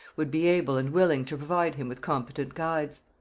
would be able and willing to provide him with competent guides.